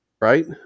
right